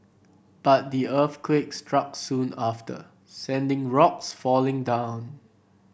but the earthquake struck soon after sending rocks falling down